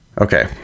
okay